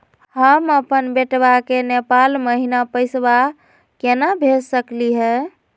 हम अपन बेटवा के नेपाल महिना पैसवा केना भेज सकली हे?